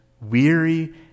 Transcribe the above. weary